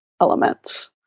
elements